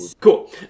Cool